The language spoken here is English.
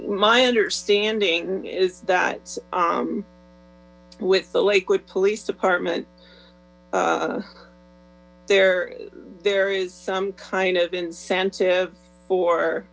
my understanding is that with the lakewood police department there there is some kind of incentive for